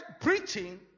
preaching